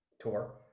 tour